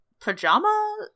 pajama